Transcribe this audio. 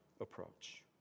approach